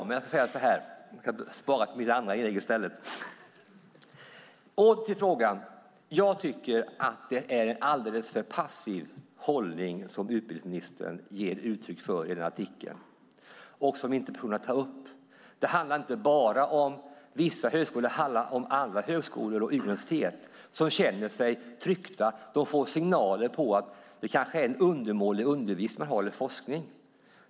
Jag tycker att det är en alldeles för passiv hållning som utbildningsministern ger uttryck för i den här artikeln och som tas upp i interpellationerna. Det handlar inte bara om vissa högskolor. Det handlar om alla högskolor och universitet som känner sig tryckta. De får signaler om att de kanske har en undermålig undervisning eller forskning.